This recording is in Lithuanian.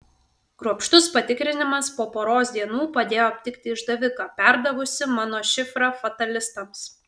kruopštus patikrinimas po poros dienų padėjo aptikti išdaviką perdavusi mano šifrą fatalistams